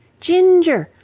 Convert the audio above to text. ginger!